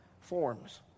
forms